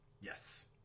Yes